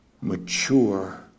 mature